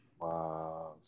Wow